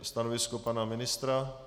Stanovisko pana ministra?